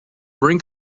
brink